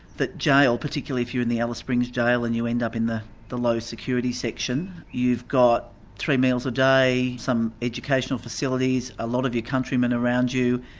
that jail particularly if you're in the alice springs jail, and you end up in the the low security section you've got three meals a day, some educational facilities, a lot of your countrymen around you,